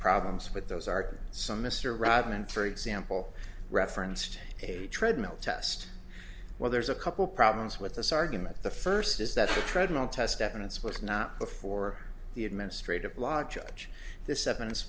problems with those are some mr rodman for example referenced a treadmill test well there's a couple problems with this argument the first is that the treadmill test evidence was not before the administrative law judge this evidence